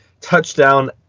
Touchdown